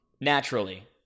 Naturally